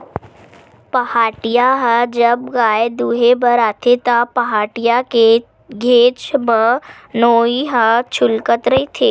पहाटिया ह जब गाय दुहें बर आथे त, पहाटिया के घेंच म नोई ह छूलत रहिथे